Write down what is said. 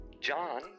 John